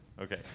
Okay